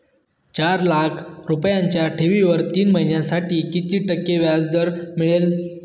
चार लाख रुपयांच्या ठेवीवर तीन महिन्यांसाठी किती टक्के व्याजदर मिळेल?